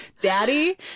daddy